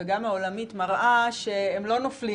וגם העולמית מראה שהם לא נופלים,